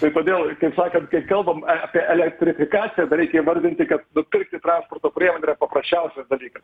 tai kodėl kaip sakant kai kalbam apie elektrifikaciją dar reikia įvardyti kad nupirti transporto priemonę paprasčiausias dalykas